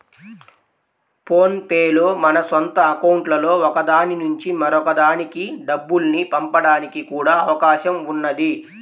phone pay లో మన సొంత అకౌంట్లలో ఒక దాని నుంచి మరొక దానికి డబ్బుల్ని పంపడానికి కూడా అవకాశం ఉన్నది